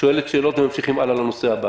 שואלת שאלות וממשיכים הלאה לנושא הבא.